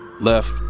left